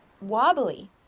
wobbly